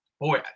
Boy